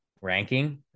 ranking